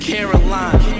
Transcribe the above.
Caroline